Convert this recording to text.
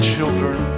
children